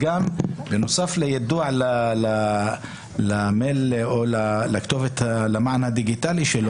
וגם בנוסף ליידוע למייל או למען הדיגיטלי,